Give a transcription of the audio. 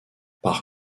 par